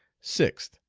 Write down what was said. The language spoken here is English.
sixth.